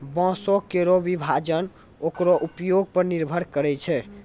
बांसों केरो विभाजन ओकरो उपयोग पर निर्भर करै छै